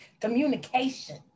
communication